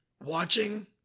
watching